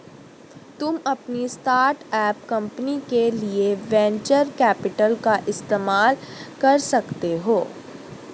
तुम अपनी start up company के लिए वेन्चर कैपिटल का इस्तेमाल कर सकते हो